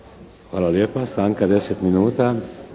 Hvala. Stanka 10 minuta.